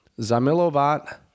Zamilovat